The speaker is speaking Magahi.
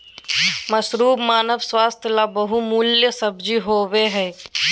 मशरूम मानव स्वास्थ्य ले बहुमूल्य सब्जी होबय हइ